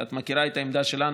את מכירה את העמדה שלנו,